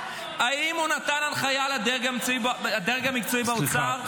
אם הוא נתן הנחיה לדרג המקצועי באוצר -- סליחה,